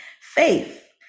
faith